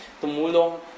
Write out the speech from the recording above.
tumulong